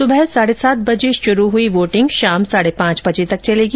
सुबह साढ़े सात बजे शुरू हुई वोटिंग शाम साढ़े पांच बजे तक चलेगी